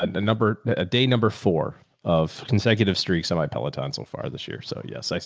and a number a day. number four of consecutive streaks on my peloton so far this year. so yes,